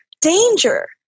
danger